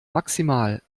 maximal